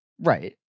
Right